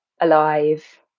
alive